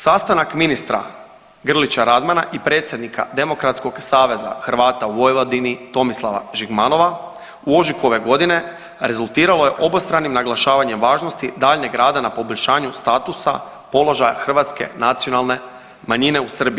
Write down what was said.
Sastanak ministra Grlića Radmana i predsjednika Demokratskog saveza Hrvata u Vojvodini Tomislava Žigmanova u ožujku ove godine rezultiralo je obostranim naglašavanjem važnosti daljnjeg rada na poboljšanju statusa, položaja hrvatske nacionalne manjine u Srbiji.